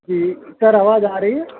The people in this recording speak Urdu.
جی سر آواز آ رہی ہے